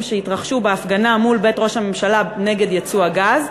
שהתרחשו בהפגנה מול בית ראש הממשלה נגד ייצוא גז,